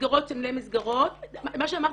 מסגרות --- מה שאמרת,